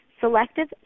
Selective